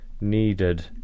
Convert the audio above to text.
needed